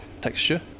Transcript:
texture